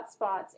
hotspots